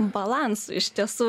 balansu iš tiesų